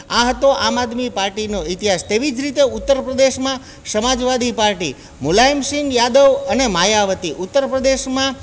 આ હતો આમ આદમી પાર્ટીનો ઇતિહાસ તેવી જ રીતે ઉત્તર પ્રદેશમાં સમાજવાદી પાર્ટી મુલાયમ સિંગ યાદવ અને માયાવતી ઉત્તર પ્રદેશમાં